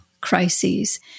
crises